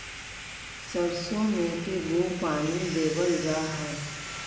सरसों में के गो पानी देबल जा है?